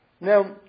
Now